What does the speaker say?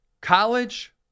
College